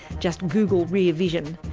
just google rear vision.